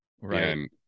Right